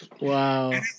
Wow